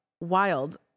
Wild